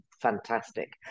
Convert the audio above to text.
fantastic